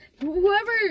Whoever